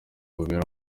bubera